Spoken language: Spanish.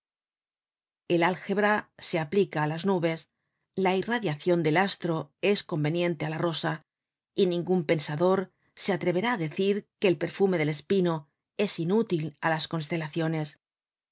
el álgebra se aplica á las nubes la irradiacion del astro es conveniente á la rosa y ningun pensador se atreverá á decir que el perfume del espino es inútil á las constelaciones